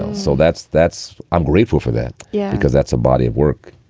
so so that's that's i'm grateful for that. yeah. because that's a body of work